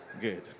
Good